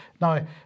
Now